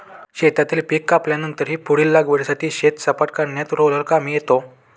शेतातून पीक कापल्यानंतरही पुढील लागवडीसाठी शेत सपाट करण्यात रोलर कामी येतो